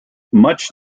much